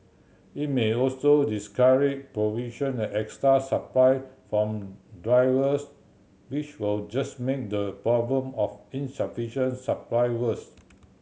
it may also discourage provision at extra supply from drivers which will just make the problem of insufficient supply worse